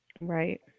right